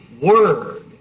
word